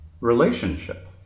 relationship